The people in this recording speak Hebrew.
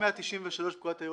193 לפקודה.